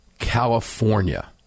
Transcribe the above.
California